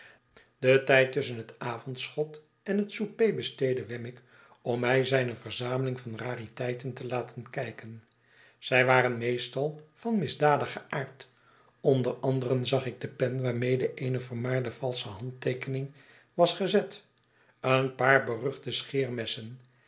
den tijd tusschen het avondschot en hetsouper besteedde wemmick om mij zijne verzameling van rariteiten te laten kijken zij waren meestal van misdadigen aard onder anderen zag ik de pen waarmede eene vermaarde valsche handteekening was gezet een paar beruchte